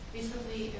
Recently